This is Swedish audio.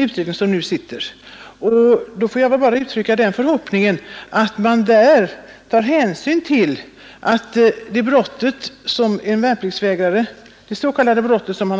Jag får bara uttrycka den förhoppningen att man där tar hänsyn till att det s.k. brott som en värnpliktsvägrare begått — som